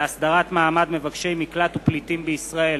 התש"ע 2009,